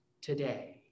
today